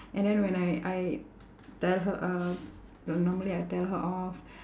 and then when I I tell her uh the normally I'll tell her off